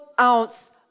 ounce